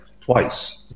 twice